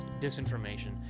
disinformation